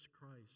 Christ